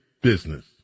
business